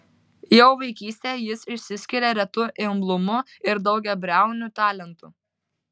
jau vaikystėje jis išsiskiria retu imlumu ir daugiabriauniu talentu